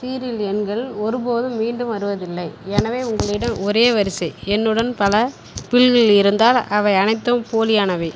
serial எண்கள் ஒரு போதும் மீண்டும் வருவதில்லை எனவே உங்களிடம் ஒரே வரிசை எண்ணுடன் பல பில்கள் இருந்தால் அவை அனைத்தும் போலியானவை